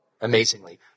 amazingly